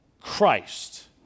Christ